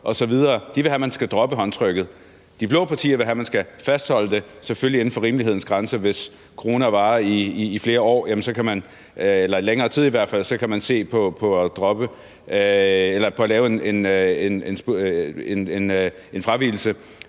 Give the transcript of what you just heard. – vil have, at man skal droppe håndtrykket. De blå partier vil have, at man skal fastholde det, selvfølgelig inden for rimelighedens grænser. Hvis coronasituationen varer i flere år eller i længere tid i hvert fald, kan man se på at lave en fravigelse.